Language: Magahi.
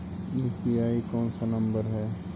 यु.पी.आई कोन सा नम्बर हैं?